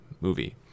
movie